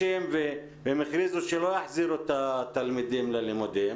הכריז שלא יחזירו את התלמידים ללימודים.